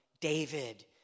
David